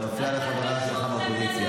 אתה מפריע לחברה שלך מהאופוזיציה.